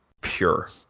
pure